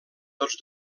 tots